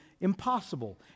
impossible